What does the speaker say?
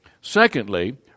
secondly